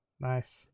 Nice